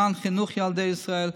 למען חינוך ילדי ישראל.